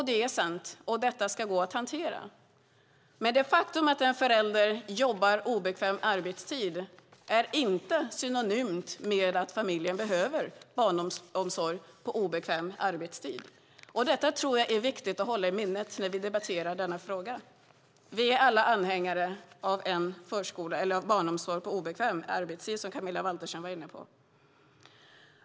Det är sant, och detta ska gå att hantera. Men det faktum att en förälder jobbar obekväm arbetstid är inte synonymt med att familjen behöver barnomsorg på obekväm arbetstid. Detta tror jag är viktigt att hålla i minnet när vi debatterar denna fråga. Vi är alla anhängare av barnomsorg på obekväm arbetstid, som Camilla Waltersson Grönvall var inne på.